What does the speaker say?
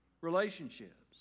Relationships